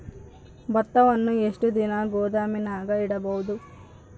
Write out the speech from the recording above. ಭತ್ತವನ್ನು ಎಷ್ಟು ದಿನ ಗೋದಾಮಿನಾಗ ಇಡಬಹುದು?